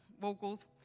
vocals